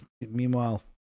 meanwhile